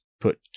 put